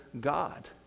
God